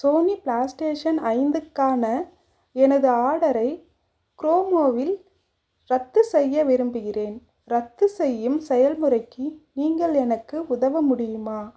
Sony PlayStation ஐந்துக்கான எனது ஆர்டரை குரோமோவில் ரத்து செய்ய விரும்புகிறேன் ரத்துசெய்யும் செயல்முறைக்கு நீங்கள் எனக்கு உதவ முடியுமா